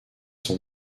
son